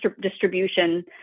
distribution